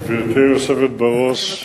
גברתי היושבת בראש,